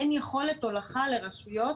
אין יכולת הולכה לרשויות